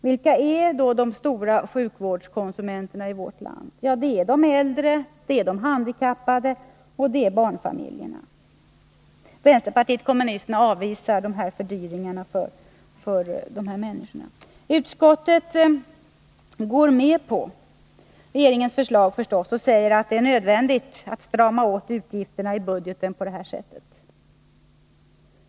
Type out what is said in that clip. Vilka är då de stora sjukvårdskonsumenterna i vårt land? Jo, det är de äldre, de handikappade och barnfamiljerna. Vpk avvisar dessa fördyringar. Utskottet går förstås med på regeringens förslag och säger att det är nödvändigt att strama åt utgifterna i budgeten på det här sättet.